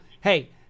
hey